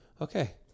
okay